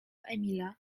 emila